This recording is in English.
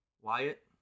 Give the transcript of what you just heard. Wyatt